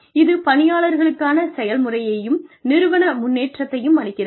இது பணியாளர்களுக்கான செயல்முறையையும் நிறுவன முன்னேற்றத்தையும் அளிக்கிறது